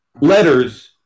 letters